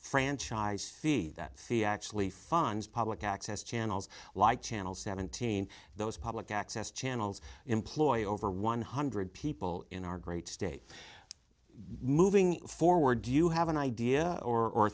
franchise fee that the actually funds public access channels like channel seventeen those public access channels employ over one hundred people in our great state moving forward do you have an idea or